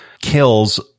kills